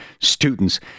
students